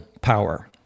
power